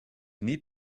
need